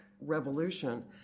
revolution